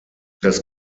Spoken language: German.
das